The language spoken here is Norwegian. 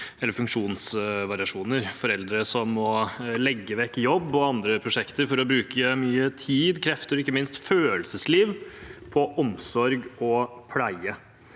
eller funksjonsvariasjoner – foreldre som må legge bort jobb og andre prosjekter for å bruke mye tid, krefter og ikke minst følelsesliv på omsorg og pleie.